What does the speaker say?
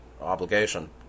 obligation